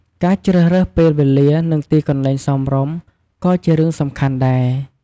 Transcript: ការជ្រើសរើសពេលវេលា និងទីកន្លែងសមរម្យ ក៏ជារឿងសំខាន់ដែរ។